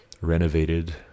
renovated